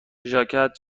ژاکت